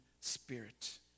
spirit